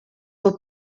were